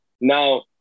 Now